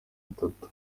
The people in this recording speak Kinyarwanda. atatu